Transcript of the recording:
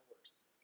worse